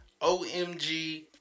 OMG